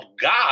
God